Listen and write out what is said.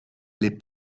les